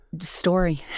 Story